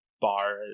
bar